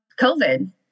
COVID